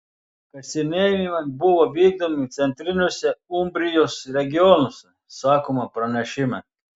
kasinėjimai buvo vykdomi centriniuose umbrijos regionuose sakoma pranešime